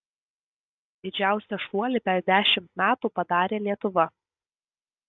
didžiausią šuolį per dešimt metų padarė lietuva